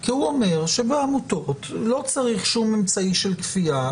כי הוא אומר שבעמותות לא צריך שום אמצעי של כפייה.